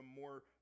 more